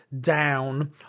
down